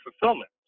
fulfillment